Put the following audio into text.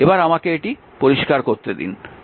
এবার আমাকে এটি পরিষ্কার করতে দিন